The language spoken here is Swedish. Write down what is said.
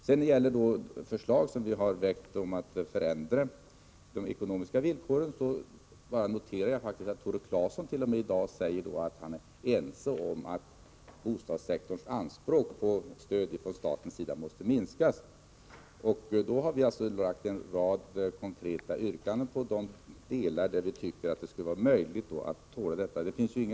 När det gäller våra förslag om förändring av de ekonomiska villkoren vill jag bara notera att t.o.m. Tore Claeson i dag säger att han är ense med oss om att bostadssektorns anspråk på stöd från statens sida måste minskas. Vi har framfört en rad konkreta yrkande i den riktningen på de punkter där vi tycker att bostadssektorn skulle kunna tåla en sådan minskning.